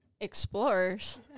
Explorers